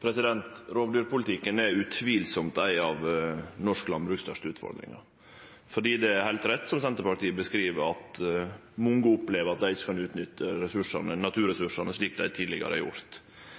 Rovdyrpolitikken er utvilsamt ei av dei største utfordringane for norsk landbruk, for det er heilt rett som Senterpartiet beskriv det, at mange opplever at dei ikkje kan utnytte naturressursane slik dei tidlegare har gjort.